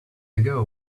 ago